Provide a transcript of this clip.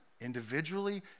individually